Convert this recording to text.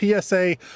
PSA